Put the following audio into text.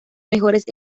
mejores